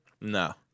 no